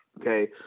Okay